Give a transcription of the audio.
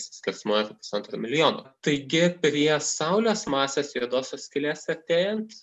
skersmuo pusantro milijono taigi prie saulės masės juodosios skylės artėjant